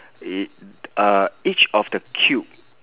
it uh each of the cube